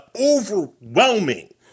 overwhelming